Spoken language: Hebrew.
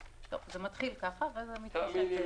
זה מתחיל ככה ואז אחרים מצטרפים,